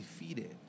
defeated